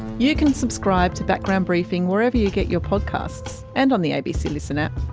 you can subscribe to background briefing wherever you get your podcasts, and on the abc listen app.